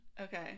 Okay